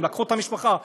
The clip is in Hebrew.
הם לקחו את המשפחה,